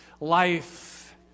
life